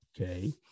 okay